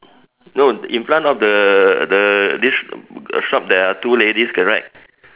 no in front of the the this uh shop there are two ladies correct